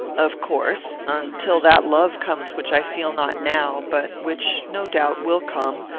of course until that love comes which i feel not now but which, no doubt, will come,